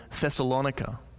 Thessalonica